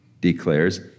declares